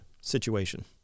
situation